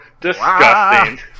disgusting